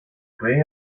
pueden